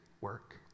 work